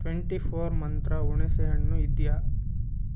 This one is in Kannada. ಟ್ವೆಂಟಿ ಫೋರ್ ಮಂತ್ರ ಹುಣಸೇ ಹಣ್ಣು ಇದೆಯಾ